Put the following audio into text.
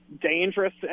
dangerous